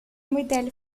modèle